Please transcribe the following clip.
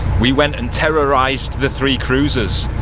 we went and terrorised the three cruisers.